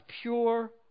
pure